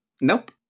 Nope